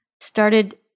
started